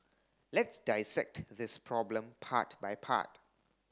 let's dissect this problem part by part